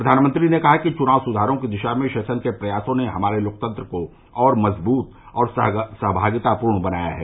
प्रधानमंत्री ने कहा है कि चुनाव सुधारों की दिशा में शेषन के प्रयासों ने हमारे लोकतंत्र को और मजबूत और सहभागितापूर्ण बनाया है